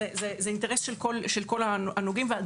זהו אינטרס של כל הנוגעים בדבר,